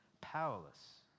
powerless